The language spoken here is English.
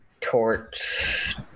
Torch